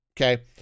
Okay